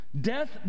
Death